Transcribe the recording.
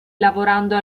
lavorando